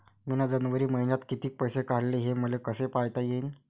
मिन जनवरी मईन्यात कितीक पैसे काढले, हे मले कस पायता येईन?